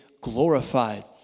glorified